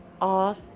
off